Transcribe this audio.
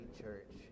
church